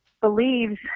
believes